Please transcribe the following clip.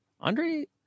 Andre